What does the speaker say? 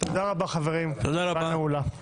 תודה רבה, חברים, הישיבה נעולה.